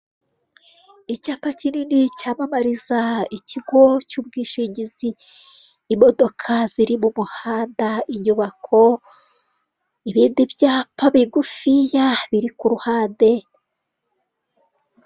Icyapa kinini cyampamariza ikigo cy'ubwishingizi, imodoka ziri mu muhanda, inyubako, ibindi byapa bigufiya biri ku ruhande.